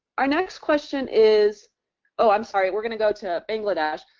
our next question is oh, i'm sorry, we're gonna go to bangladesh.